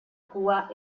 cua